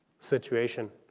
situation,